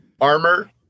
armor